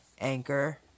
Anchor